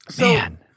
Man